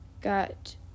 got